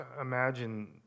imagine